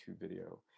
video